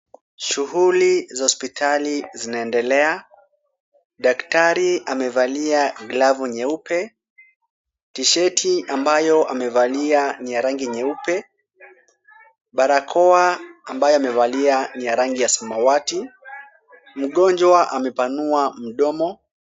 Shughuli za hosipitali zinaendelea, daktari amevalia glavu nyeupe, tisheti ambayo amevalia ni ya rangi nyeupe, barakoa ambayo amevalia ni ya rangi ya samawati, mgonjwa amepanua mdomo.